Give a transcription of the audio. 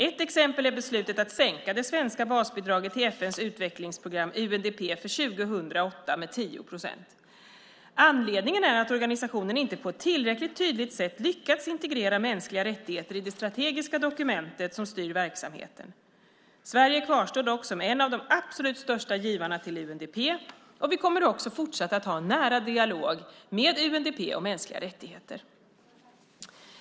Ett exempel är beslutet att sänka det svenska basbidraget till FN:s utvecklingsprogram, UNDP, för 2008 med 10 procent. Anledningen är att organisationen inte på ett tillräckligt tydligt sätt lyckats integrera mänskliga rättigheter i det strategiska dokumentet som styr verksamheten. Sverige kvarstår dock som en av de absolut största givarna till UNDP, och vi kommer också fortsatt att ha en nära dialog med UNDP om mänskliga rättigheter.